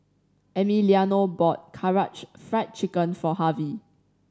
Emiliano bought Karaage Fried Chicken for Harvy